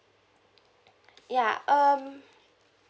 ya um